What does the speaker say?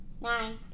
Nine